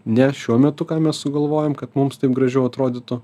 ne šiuo metu ką mes sugalvojam kad mums taip gražiau atrodytų